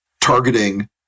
targeting